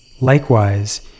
Likewise